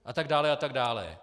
A tak dále a tak dále.